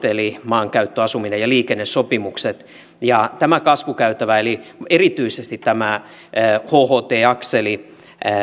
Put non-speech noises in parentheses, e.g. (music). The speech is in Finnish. (unintelligible) eli maankäyttö asumis ja liikennesopimukset ja tämä kasvukäytävä erityisesti tämä hht akseli